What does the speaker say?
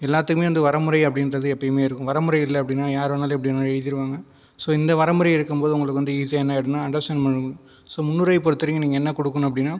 எல்லாத்துக்குமே வந்து வரைமுறை அப்படின்றது எப்பயுமே இருக்கும் வரைமுறை இல்லை அப்படினா யார் வேணாலும் எப்படி வேணாலும் எழுதிவிடுவாங்க ஸோ இந்த வரைமுறை இருக்கும் போது உங்களுக்கு வந்து ஈஸியாக என்ன ஆகிடுனா அண்டர்ஸ்டேன்ட் பண்ணலாம் ஸோ முன்னுரையை பொறுத்தவரைக்கும் என்ன கொடுக்கணும் அப்படினா